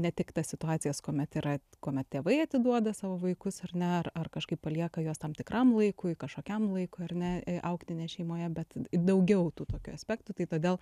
ne tik tas situacijas kuomet yra kuomet tėvai atiduoda savo vaikus ar ne ar kažkaip palieka juos tam tikram laikui kažkokiam laikui ar ne augti ne šeimoje bet daugiau tų tokių aspektų tai todėl